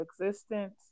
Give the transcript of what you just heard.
existence